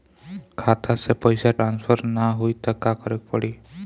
खाता से पैसा टॉसफर ना होई त का करे के पड़ी?